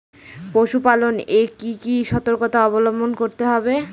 পশুপালন এ কি কি সর্তকতা অবলম্বন করতে হবে?